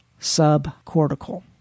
subcortical